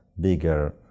bigger